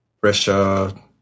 pressure